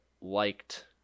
liked –